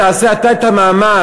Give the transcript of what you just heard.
תעשה אתה את המאמץ,